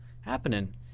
happening